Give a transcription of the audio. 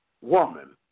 woman